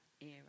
era